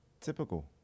Typical